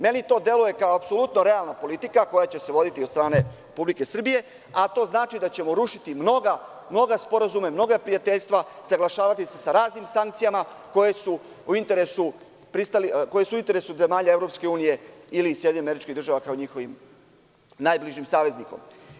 Meni to deluje kao apsolutno realna politika koja će se voditi od strane Republike Srbije, a to znači da ćemo rušiti mnoge sporazume, mnoga prijateljstva, saglašavati se sa raznim sankcijama koje su u interesu zemalja EU, ili SAD, kao njihovim najbližim saveznikom.